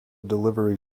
delivery